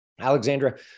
Alexandra